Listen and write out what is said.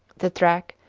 the track,